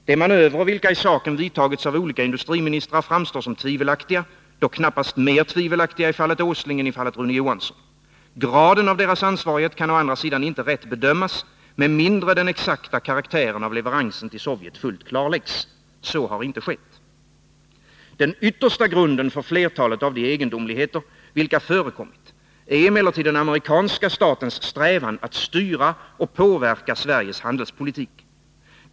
De manövrer vilka i saken vidtagits av olika industriministrar framstår som tvivelaktiga — dock knappast mer tvivelaktiga i fallet Nils Åsling än i fallet Rune Johansson. Graden av deras ansvarighet kan å andra sidan inte rätt bedömas med mindre den exakta karaktären av leveransen till Sovjet fullt klarläggs. Så har inte skett. Den yttersta grunden för flertalet av de egendomligheter vilka förekommit är emellertid den amerikanska statens strävan att styra och påverka Sveriges handelspolitik.